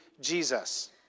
Jesus